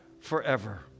forever